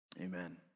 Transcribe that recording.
Amen